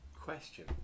question